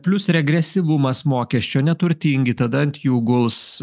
plius regresyvumas mokesčio neturtingi tada ant jų guls